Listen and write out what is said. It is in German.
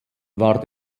war